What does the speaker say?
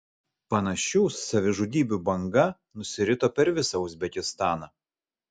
panašių savižudybių banga nusirito per visą uzbekistaną